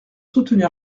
soutenir